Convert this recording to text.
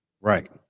Right